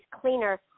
cleaner